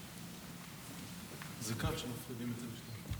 מכובדיי כולם,